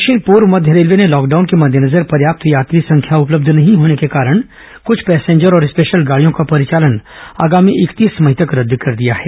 दक्षिण पूर्व मध्य रेलवे ने लॉकडाउन के मद्देनजर पर्याप्त यात्री संख्या उपलब्ध नहीं होने के कारण कुछ पैसेंजर और स्पेंशल गाड़ियों का परिचालन आगामी इकतीस मई रद्द कर दिया है